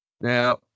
Now